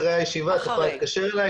אחרי הישיבה את יכולה להתקשר אליי,